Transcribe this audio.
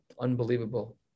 unbelievable